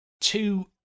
two